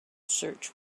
search